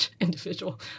individual